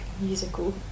musical